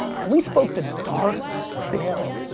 and we spoke to darth bill.